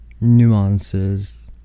Nuances